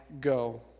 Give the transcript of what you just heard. go